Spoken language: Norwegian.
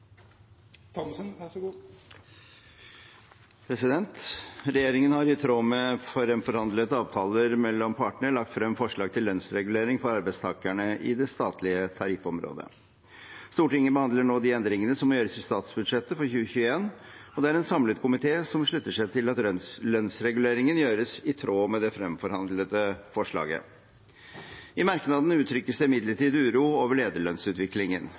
har, i tråd med fremforhandlede avtaler mellom partene, lagt frem forslag til lønnsregulering for arbeidstakerne i det statlige tariffområdet. Stortinget behandler nå de endringene som må gjøres i statsbudsjettet for 2021, og det er en samlet komité som slutter seg til at lønnsreguleringen gjøres i tråd med det fremforhandlede forslaget. I merknadene uttrykkes det imidlertid uro over